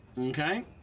Okay